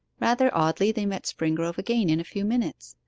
rather oddly they met springrove again in a few minutes.